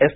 S